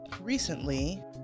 recently